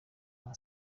nta